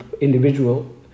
individual